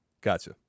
Gotcha